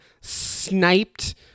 sniped